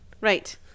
Right